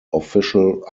official